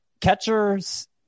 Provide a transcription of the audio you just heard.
catchers